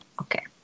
Okay